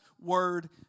word